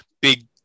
big